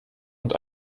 und